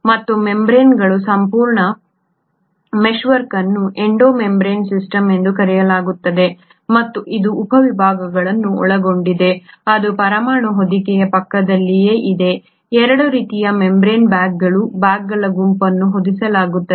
ಮತ್ತು ಈ ಮೆಂಬರೇನ್ಗಳ ಈ ಸಂಪೂರ್ಣ ಮೆಶ್ವರ್ಕ್ ಅನ್ನು ಎಂಡೋ ಮೆಂಬರೇನ್ ಸಿಸ್ಟಮ್ ಎಂದು ಕರೆಯಲಾಗುತ್ತದೆ ಮತ್ತು ಇದು ಉಪವಿಭಾಗಗಳನ್ನು ಒಳಗೊಂಡಿದೆ ಇದು ಪರಮಾಣು ಹೊದಿಕೆಯ ಪಕ್ಕದಲ್ಲಿಯೇ ಇದೆ 2 ರೀತಿಯ ಮೆಂಬರೇನ್ ಬ್ಯಾಗ್ಗಳು ಬ್ಯಾಗ್ಗಳ ಗುಂಪನ್ನು ಹೊದಿಸಲಾಗುತ್ತದೆ